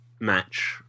match